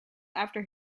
after